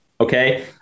Okay